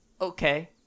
Okay